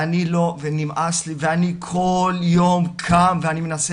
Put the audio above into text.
ונמאס לי ואני כל יום קם ואני מנסה